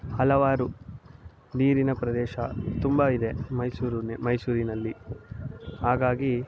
ಹಲವಾರು ನೀರಿನ ಪ್ರದೇಶ ತುಂಬ ಇದೆ ಮೈಸೂರುನೇ ಮೈಸೂರಿನಲ್ಲಿ ಹಾಗಾಗಿ